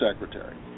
secretary